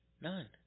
None